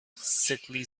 sickly